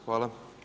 Hvala.